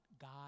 God